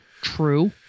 true